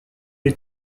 est